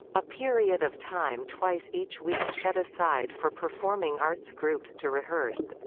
a period of time twice each week set aside for performing arts groups to rehearse.